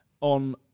on